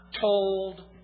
told